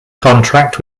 contract